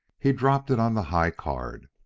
he dropped it on the high card.